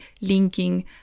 linking